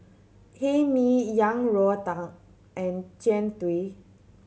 Hae Mee Yang Rou Tang and Jian Dui